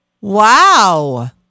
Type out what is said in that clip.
Wow